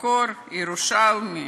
שבקור הירושלמי